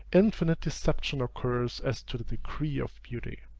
infinite deception occurs as to the degree of beauty.